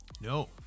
No